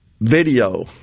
video